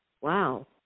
wow